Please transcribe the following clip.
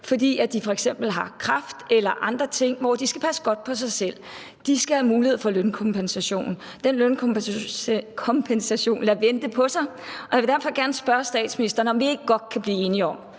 fordi de f.eks. har kræft eller andre ting, som gør, at de skal passe godt på sig selv. De skal have mulighed for lønkompensation. Den lønkompensation lader vente på sig, og jeg vil derfor gerne spørge statsministeren, om vi ikke godt kan blive enige om,